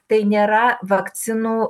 tai nėra vakcinų